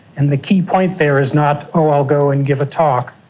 and the key point there is not, oh, i'll go and give a talk,